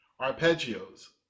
arpeggios